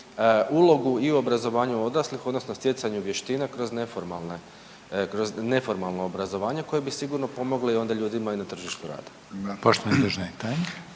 ulogu i u obrazovanju odraslih odnosno stjecanju vještina kroz neformalno obrazovanje kojim bi sigurno pomogli onda ljudima i na tržištu rada. **Reiner, Željko